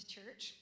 Church